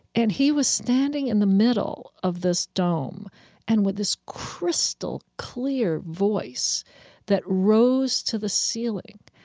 and he was standing in the middle of this dome and with this crystal clear voice that rose to the ceiling,